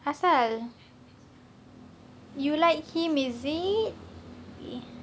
apasal you like he is it !ee!